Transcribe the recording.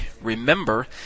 Remember